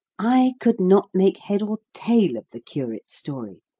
i could not make head or tail of the curate's story,